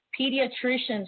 pediatrician's